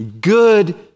good